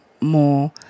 more